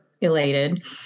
elated